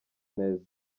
neza